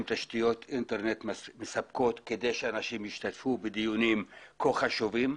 תשתיות אינטרנט מספקות כדי אנשים ישתתפו בדיונים כה חשובים?